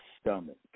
stomach